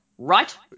Right